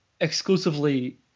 exclusively